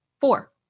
Four